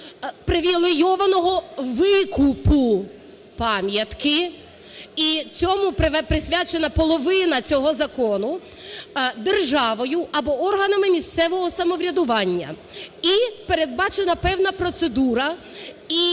привілейованого викупу пам'ятки, і цьому присвячена половина цього закону, державою або органами місцевого самоврядування. І передбачена певна процедура,